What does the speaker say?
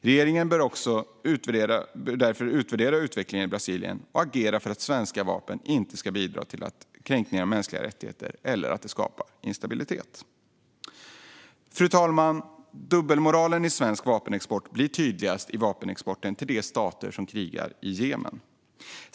Regeringen bör därför utvärdera utvecklingen i Brasilien och agera för att svenska vapen inte ska bidra till kränkningar av mänskliga rättigheter eller skapa instabilitet i regionen. Fru talman! Dubbelmoralen i svensk vapenexport blir tydligast i vapenexporten till de stater som krigar i Jemen.